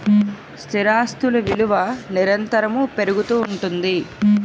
స్థిరాస్తులు విలువ నిరంతరము పెరుగుతూ ఉంటుంది